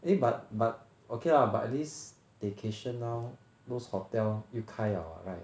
eh but but okay lah but at least vacation now most hotel 又开了 [what] right